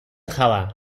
java